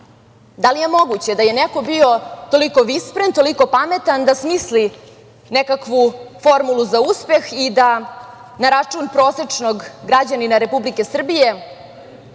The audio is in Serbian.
Da li je moguće da je neko bio toliko vispren, toliko pametan da smisli nekakvu formulu za uspeh i da na račun prosečnog građanina Republike Srbije